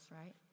right